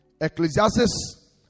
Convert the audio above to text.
Ecclesiastes